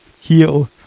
heal